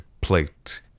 plate